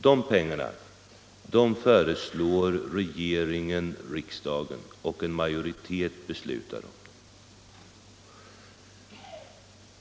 Dessa pengar föreslår regeringen riksdagen att anslå, och en majoritet i riksdagen beslutar om dem.